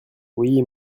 oui